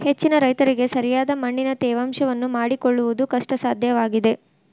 ಹೆಚ್ಚಿನ ರೈತರಿಗೆ ಸರಿಯಾದ ಮಣ್ಣಿನ ತೇವಾಂಶವನ್ನು ಮಾಡಿಕೊಳ್ಳವುದು ಕಷ್ಟಸಾಧ್ಯವಾಗಿದೆ